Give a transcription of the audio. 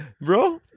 Bro